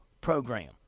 program